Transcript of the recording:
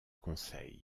conseils